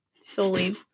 solely